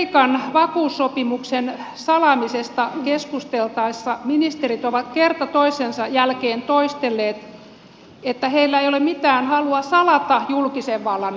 kreikan vakuussopimuksen salaamisesta keskusteltaessa ministerit ovat kerta toisensa jälkeen toistelleet että heillä ei ole mitään halua salata julkisen vallan asioita